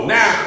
Now